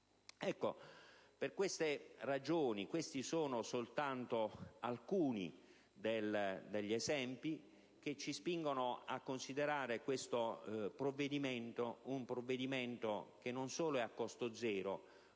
una legge quadro. Questi sono soltanto alcuni degli esempi che ci spingono a considerare questo provvedimento non solo a costo zero,